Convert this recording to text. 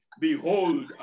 behold